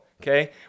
okay